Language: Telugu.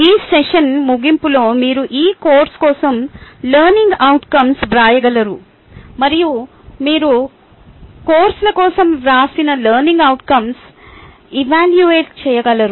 ఈ సెషన్ ముగింపులో మీరు మీ కోర్సు కోసం లెర్నింగ్ అవుట్కంస్ వ్రాయగలరు మరియు మీరు కోర్సుల కోసం వ్రాసిన లెర్నింగ్ అవుట్కంస్ ఎవాల్యూట చేయగలరు